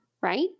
right